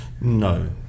No